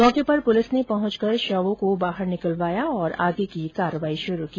मौके पर पुलिस ने पहुंचकर शव को बाहर निकलवा कर आगे की कार्यवाही शुरू की